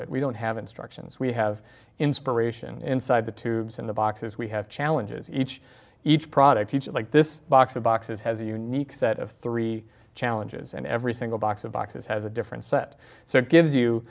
it we don't have instructions we have inspiration inside the tubes and the boxes we have challenges each each product each like this box of boxes has a unique set of three challenges and every single box of boxes has a different set so it gives you